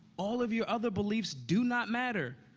all of your other beliefs do not matter.